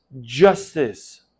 justice